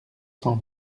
cent